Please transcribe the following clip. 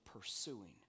pursuing